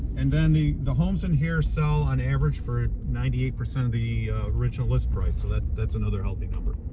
and then the the homes in here sell on average for ninety eight percent of the original list price. so that that's another healthy number.